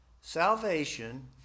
Salvation